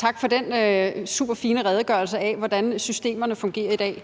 Tak for den super fine redegørelse for, hvordan systemerne fungerer i dag.